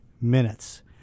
minutes